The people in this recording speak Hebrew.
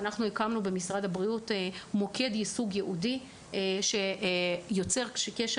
הקמנו במשרד הבריאות מוקד ייעודי שיוצר קשר